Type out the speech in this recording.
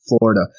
Florida